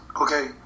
okay